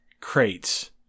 crates